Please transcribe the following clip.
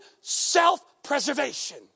self-preservation